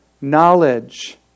knowledge